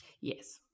Yes